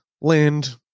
land